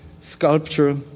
sculpture